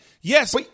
Yes